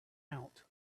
out